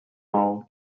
maó